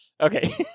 Okay